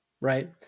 Right